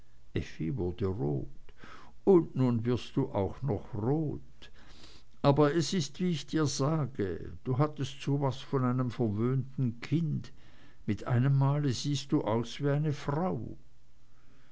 rot und nun wirst du auch noch rot aber es ist wie ich dir sage du hattest so was von einem verwöhnten kind mit einemmal siehst du aus wie eine frau